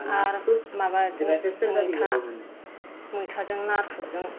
आर माबाजों मैथा मैथाजों नाथुरजों